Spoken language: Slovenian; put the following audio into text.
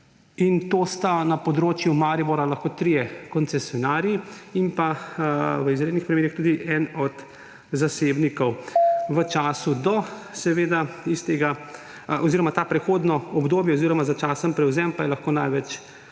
In na področju Maribora so to lahko trije koncesionarji in pa v izrednih primerih tudi eden od zasebnikov. V času do tistega oziroma to prehodno obdobje oziroma začasen prevzem pa je lahko največ